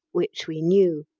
which we knew,